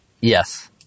yes